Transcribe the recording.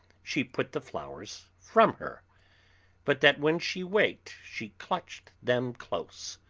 she put the flowers from her but that when she waked she clutched them close.